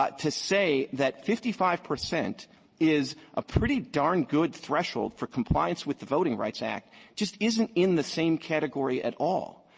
ah to say that fifty five percent is a pretty darn good threshold for compliance with the voting rights act just isn't in the same category at all.